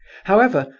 however,